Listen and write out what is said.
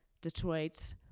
Detroit